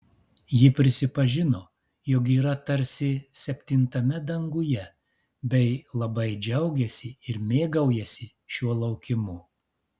ji prisipažino jog yra tarsi septintame danguje bei labai džiaugiasi ir mėgaujasi šiuo laukimu